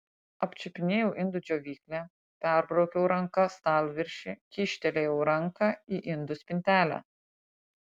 apčiupinėjau indų džiovyklę perbraukiau ranka stalviršį kyštelėjau ranką į indų spintelę